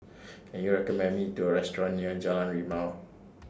Can YOU recommend Me to A Restaurant near Jalan Rimau